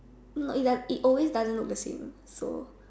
no it does it always doesn't look the same so